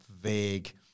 vague